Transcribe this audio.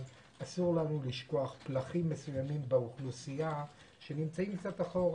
אבל אסור לנו לשכוח פלחים מסוימים באוכלוסייה שנמצאים קצת אחורה,